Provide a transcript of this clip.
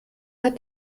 hat